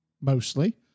mostly